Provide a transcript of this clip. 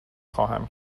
خواهم